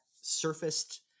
surfaced